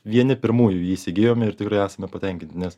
vieni pirmųjų jį įsigijome ir tikrai esame patenkinti nes